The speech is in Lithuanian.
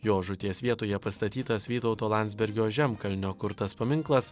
jo žūties vietoje pastatytas vytauto landsbergio žemkalnio kurtas paminklas